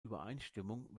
übereinstimmung